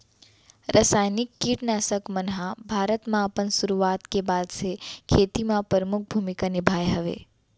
रासायनिक किट नाशक मन हा भारत मा अपन सुरुवात के बाद से खेती मा परमुख भूमिका निभाए हवे